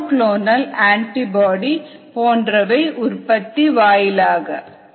mono clonal antibody போன்றவை உற்பத்தி வாயிலாக